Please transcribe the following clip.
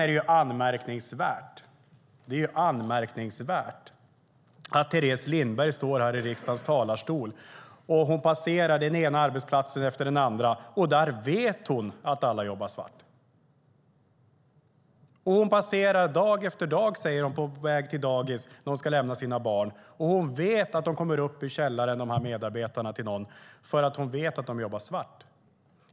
Det är anmärkningsvärt att Teres Lindberg står i riksdagens talarstol och säger sig passera den ena arbetsplatsen efter den andra där hon vet att alla jobbar svart. På väg till dagis med sina barn passerar hon dag efter dag arbetsplatser där hon vet att medarbetarna kommer upp ur källaren för att de jobbar svart.